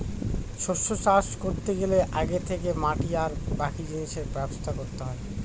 শস্য চাষ করতে গেলে আগে থেকে মাটি আর বাকি জিনিসের ব্যবস্থা করতে হয়